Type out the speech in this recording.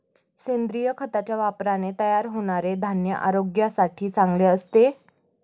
सेंद्रिय खताच्या वापराने तयार होणारे धान्य आरोग्यासाठी चांगले असते